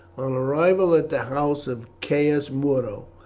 on arrival at the house of caius muro,